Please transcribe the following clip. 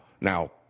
Now